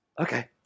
Okay